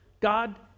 God